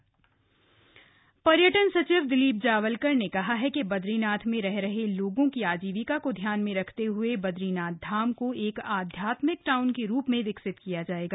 Badrinath master plan पर्यटन सचिव दिलीप जावलकर ने कहा है कि बद्रीनाथ में रह रहे लोगों की आजीविका को ध्यान में रखते हए बद्रीनाथ धाम को एक आध्यात्मिक टाउन के रूप में विकसित किया जाएगा